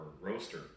roaster